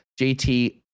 JT